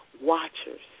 watchers